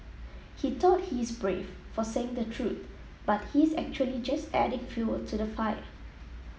he thought he's brave for saying the truth but he's actually just adding fuel to the fire